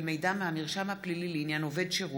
מידע מהמרשם הפלילי לעניין עובד שירות),